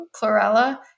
chlorella